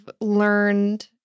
learned